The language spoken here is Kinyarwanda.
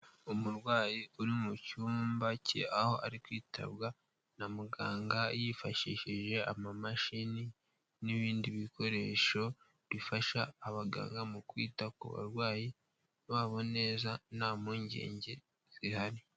Umurwayi uri mu cyumba ke, aho ari kwitabwa na muganga yifashishije amamashini n'ibindi bikoresho bifasha abaganga mu kwita ku barwayi babo neza nta mpungenge zihari.